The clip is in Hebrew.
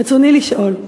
רצוני לשאול: